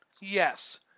Yes